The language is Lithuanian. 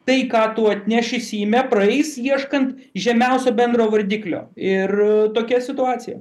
tai ką tu atneši seime praeis ieškant žemiausio bendro vardiklio ir tokia situacija